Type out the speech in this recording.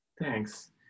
Thanks